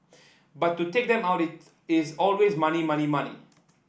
but to take them out is always money money money